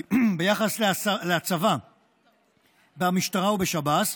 ביחס להצבה במשטרה ובשב"ס,